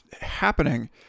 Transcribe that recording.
happening